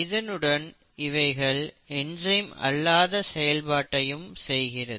இதனுடன் இவைகள் என்சைம் அல்லாத செயல்பாட்டையும் செய்கிறது